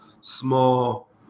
small